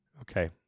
Okay